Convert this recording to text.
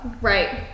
right